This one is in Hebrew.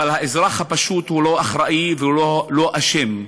אבל האזרח הפשוט, הוא לא האחראי והוא לא אשם.